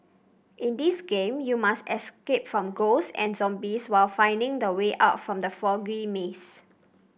in this game you must escape from ghosts and zombies while finding the way out from the foggy maze